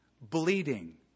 bleeding